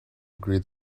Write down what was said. agree